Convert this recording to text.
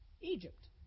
Egypt